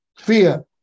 fear